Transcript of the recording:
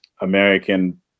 American